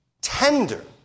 tender